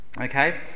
Okay